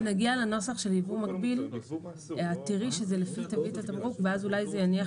את תראי שזה לפי תווית התמרוק ואז אולי זה יניח